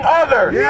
others